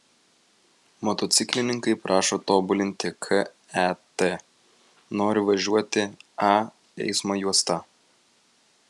motociklininkai prašo tobulinti ket nori važiuoti a eismo juosta